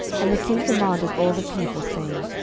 and the king commanded all the people, saying,